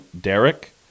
Derek